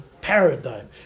paradigm